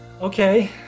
okay